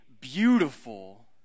beautiful